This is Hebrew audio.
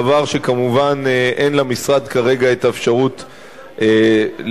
דבר שכמובן אין למשרד כרגע אפשרות לבנות.